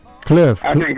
Cliff